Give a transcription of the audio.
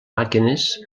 màquines